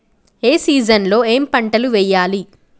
ఏ season లో ఏం పంటలు వెయ్యాలి?